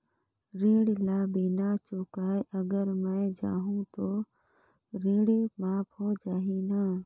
ऋण ला बिना चुकाय अगर मै जाहूं तो ऋण माफ हो जाही न?